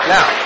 Now